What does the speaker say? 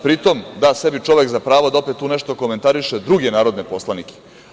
Pri tom, da sebi čovek za pravo da opet tu nešto komentariše druge narodne poslanike.